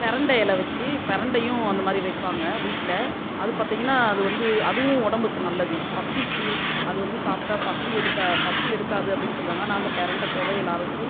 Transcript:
பிரண்ட இல வச்சு பிரண்டையும் அந்த மாதிரி வைப்பாங்க வீட்டில் அது பார்த்தீங்கன்னா அது வந்து அதுவும் உடம்புக்கு நல்லது பசிக்கு அது வந்து சாப்பிட்டா பசி எடுக்கா பசி எடுக்காது அப்படின்னு சொல்லுவாங்க நான் அந்த பிரண்ட துவையலை அரைச்சி